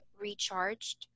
recharged